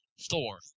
Thor